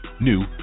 new